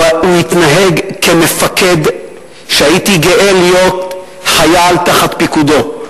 הוא התנהג כמפקד שהייתי גאה להיות חייל תחת פיקודו.